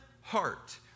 heart